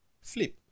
flip